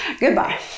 Goodbye